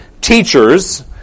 teachers